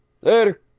Later